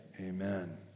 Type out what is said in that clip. Amen